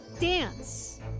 dance